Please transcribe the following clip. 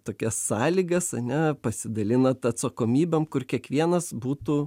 tokias sąlygas ane pasidalinat atsakomybėm kur kiekvienas būtų